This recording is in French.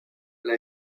elle